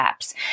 apps